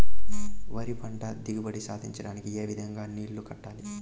వరి పంట దిగుబడి సాధించడానికి, ఏ విధంగా నీళ్లు కట్టాలి?